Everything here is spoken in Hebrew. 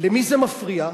למי זה מפריע?